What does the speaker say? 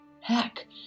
Heck